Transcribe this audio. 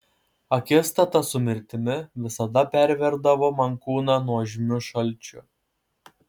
akistata su mirtimi visada perverdavo man kūną nuožmiu šalčiu